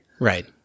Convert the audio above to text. right